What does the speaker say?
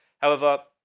however.